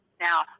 Now